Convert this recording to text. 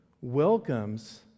welcomes